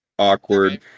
awkward